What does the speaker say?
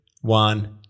one